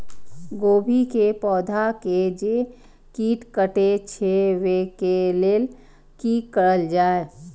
गोभी के पौधा के जे कीट कटे छे वे के लेल की करल जाय?